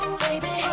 baby